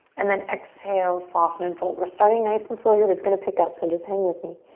and then exhale, soften and fold. we're starting nice and slow here. it's gonna pick up so just hang with me.